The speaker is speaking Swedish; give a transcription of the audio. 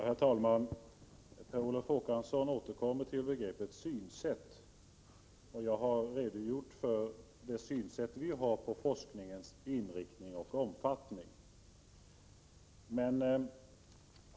Herr talman! Per Olof Håkansson återkommer till begreppet synsätt. Jag har redogjort för det synsätt som vi moderater har på forskningens inriktning och omfattning.